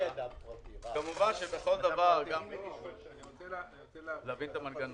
אני רוצה להבין,